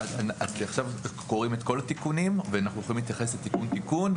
עכשיו קוראים את כל התיקונים ואנחנו יכולים להתייחס לתיקון-תיקון?